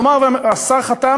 השאלה,